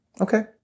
Okay